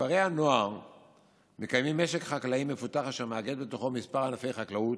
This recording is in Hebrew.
כפרי הנוער מקיימים משק חקלאי מפותח אשר מאגד בתוכו כמה ענפי חקלאות.